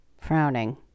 frowning